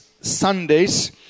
Sundays